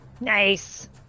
Nice